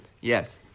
Yes